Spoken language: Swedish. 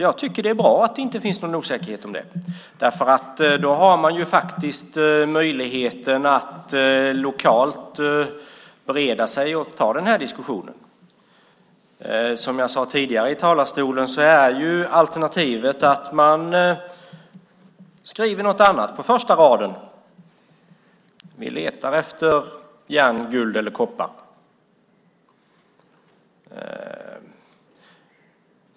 Jag tycker att det är bra att det inte finns någon osäkerhet om det därför att man då har möjlighet att lokalt bereda sig på att ta denna diskussion. Som jag sade tidigare i talarstolen är alternativet att man skriver något annat på första raden, nämligen att man letar efter järn, guld eller koppar.